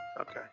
Okay